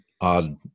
odd